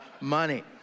money